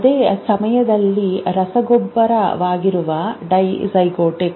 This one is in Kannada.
ಅದೇ ಸಮಯದಲ್ಲಿ ರಸಗೊಬ್ಬರವಾಗಿರುವ ಡಿಜೈಗೋಟಿಕ್